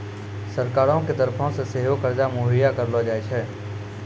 सरकारो के तरफो से सेहो कर्जा मुहैय्या करलो जाय छै